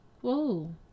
Whoa